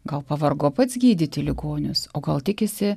gal pavargo pats gydyti ligonius o gal tikisi